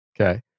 Okay